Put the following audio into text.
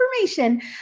information